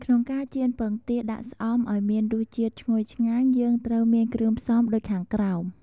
ក្នុងការចៀនពងទាដាក់ស្អំឱ្យមានរសជាតិឈ្ងុយឆ្ងាញ់ យើងត្រូវមានគ្រឿងផ្សំដូចខាងក្រោម។